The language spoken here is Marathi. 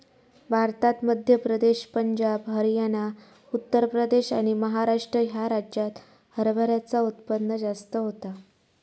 भारतात मध्य प्रदेश, पंजाब, हरयाना, उत्तर प्रदेश आणि महाराष्ट्र ह्या राज्यांत हरभऱ्याचा उत्पन्न जास्त होता